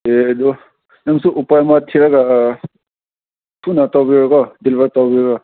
ꯑꯦ ꯑꯗꯨ ꯅꯪꯁꯨ ꯎꯄꯥꯏ ꯑꯃ ꯊꯤꯔꯒ ꯊꯨꯅ ꯇꯧꯕꯤꯔꯣꯀꯣ ꯗꯤꯂꯤꯚꯔꯠ ꯇꯧꯕꯤꯔꯣ